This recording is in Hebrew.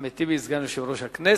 אחמד טיבי, סגן יושב-ראש הכנסת.